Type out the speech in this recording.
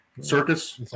Circus